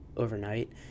Overnight